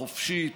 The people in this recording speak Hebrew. חופשית,